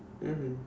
mmhmm